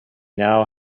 now